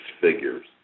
figures